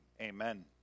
amen